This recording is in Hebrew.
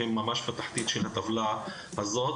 הם ממש בתחתית של הטבלה הזאת,